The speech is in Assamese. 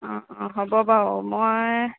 অঁ অঁ হ'ব বাৰু মই